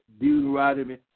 Deuteronomy